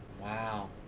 Wow